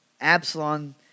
Absalom